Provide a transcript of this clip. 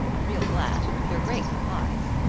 i'm real glad. they're great for pies.